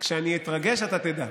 כשאני אתרגש אתה תדע.